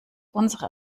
unsere